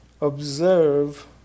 Observe